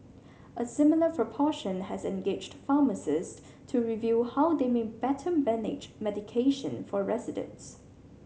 a similar proportion has engaged pharmacists to review how they may better manage medication for residents